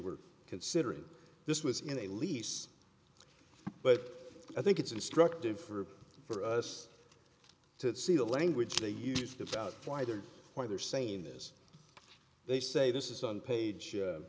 were considering this was in a lease but i think it's instructive for for us to see the language they used about why don't why they're saying this they say this is on page